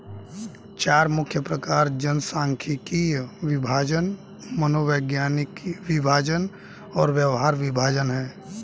चार मुख्य प्रकार जनसांख्यिकीय विभाजन, मनोवैज्ञानिक विभाजन और व्यवहार विभाजन हैं